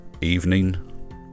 evening